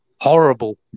Horrible